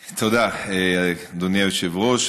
תודה, אדוני היושב-ראש.